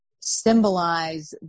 symbolize